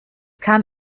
kam